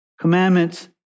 commandments